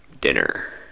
dinner